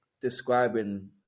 describing